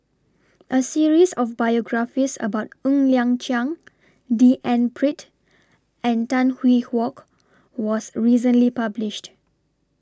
A series of biographies about Ng Liang Chiang D N Pritt and Tan Hwee Hock was recently published